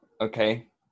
okay